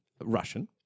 Russian